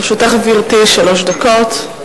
גברתי, לרשותך שלוש דקות.